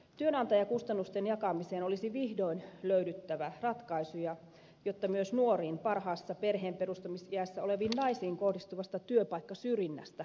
työnantajakustannusten jakamiseen olisi vihdoin löydyttävä ratkaisuja jotta myös nuoriin parhaassa perheenperustamisiässä oleviin naisiin kohdistuvasta työpaikkasyrjinnästä päästäisiin